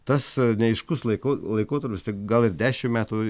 tas neaiškus laiko laikotarpis tai gal ir dešimt metų